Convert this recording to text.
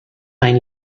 ein